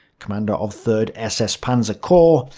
commander of third ss panzer corps,